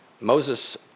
Moses